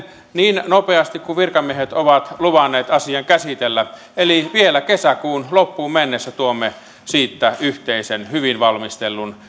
niin nopeasti kuin virkamiehet ovat luvanneet asian käsitellä eli vielä kesäkuun loppuun mennessä tuomme siitä yhteisen hyvin valmistellun